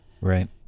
right